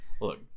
Look